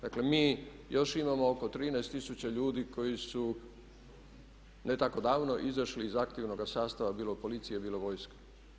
Dakle mi još imamo oko 13 tisuća ljudi koji su ne tako davno izašli iz aktivnoga sastava bilo policije, bilo vojske.